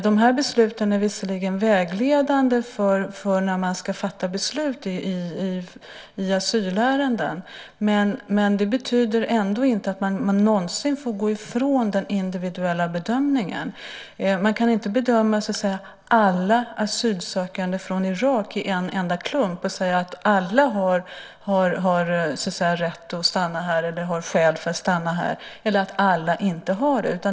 De här besluten är visserligen vägledande när man ska fatta beslut i asylärenden, men det betyder inte att man någonsin får gå ifrån den individuella bedömningen. Man kan inte bedöma alla asylsökande från Irak i en enda klump och säga att alla har rätt att stanna här eller har skäl för att stanna här eller att alla inte har det.